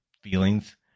feelings